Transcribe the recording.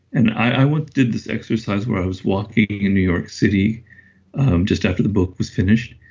and i once did this exercise where i was walking in new york city just after the book was finished.